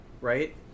Right